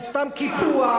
זה סתם קיפוח,